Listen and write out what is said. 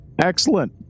Excellent